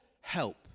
help